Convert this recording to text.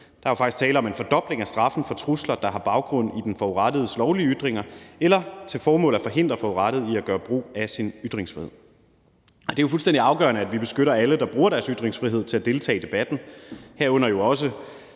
Der er jo faktisk tale om en fordobling af straffen for trusler, der har baggrund i den forurettedes lovlige ytringer eller til formål at forhindre den forurettede i at gøre brug af sin ytringsfrihed. Det er jo fuldstændig afgørende, at vi beskytter alle, der bruger deres ytringsfrihed til at deltage i debatten, herunder også